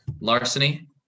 larceny